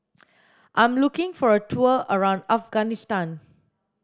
I'm looking for a tour around Afghanistan